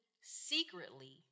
secretly